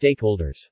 stakeholders